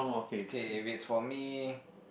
okay if is for me